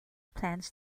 plans